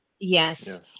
Yes